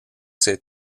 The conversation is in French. ses